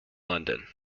london